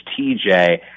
TJ